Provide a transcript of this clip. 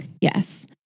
Yes